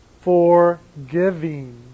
forgiving